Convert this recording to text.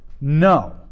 no